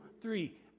three